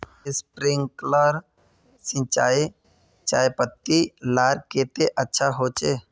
Sprinkler सिंचाई चयपत्ति लार केते अच्छा होचए?